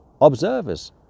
observers